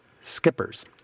skippers